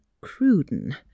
Cruden